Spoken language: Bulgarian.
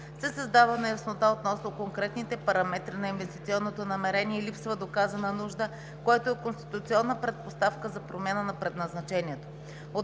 се създава неяснота относно конкретните параметри на инвестиционното намерение и липсва доказана нужда, което е конституционна предпоставка за промяна на предназначението.